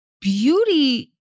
beauty